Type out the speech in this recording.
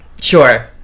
sure